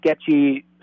sketchy